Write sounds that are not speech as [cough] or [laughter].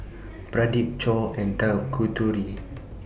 [noise] Pradip Choor and Tanguturi